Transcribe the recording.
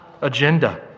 agenda